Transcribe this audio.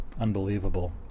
Unbelievable